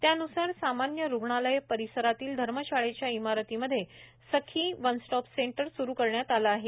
त्यान्सार सामान्य रुग्णालय परिसरातील धर्मशाळेच्या इमारतीमध्ये सखी वन स्टॉप सेंटर सुरु करण्यात आले आहे